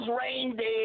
reindeer